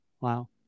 Wow